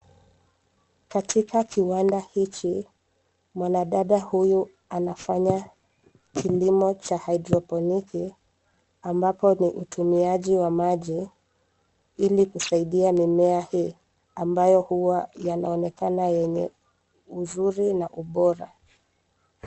Katika kiwanda hichi, mwanadada huyu anafanya kilimo cha haidroponiki ambapo ni utumiaji wa maji ili kusaidia mimea hii ambayo huwa yanaonekana yenye uzuri na ubora.